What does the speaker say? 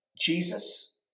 Jesus